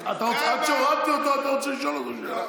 עד שהורדתי אותו אתה רוצה לשאול אותו שאלה?